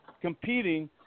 competing